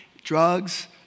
drugs